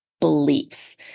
beliefs